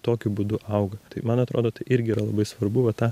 tokiu būdu auga tai man atrodo tai irgi yra labai svarbu va tą